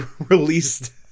released